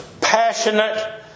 passionate